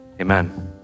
Amen